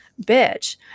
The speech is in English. bitch